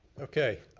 okay,